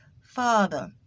father